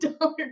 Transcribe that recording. dollar